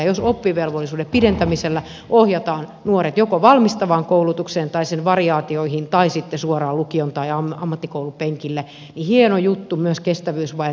jos oppivelvollisuuden pidentämisellä ohjataan nuoret joko valmistavaan koulutukseen tai sen variaatioihin tai sitten suoraan lukion tai ammattikoulun penkille niin hieno juttu myös kestävyysvajeen näkökulmasta